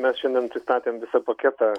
mes šiandien pristatėm visą paketą